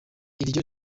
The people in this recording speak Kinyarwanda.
iryo